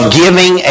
giving